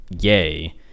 Yay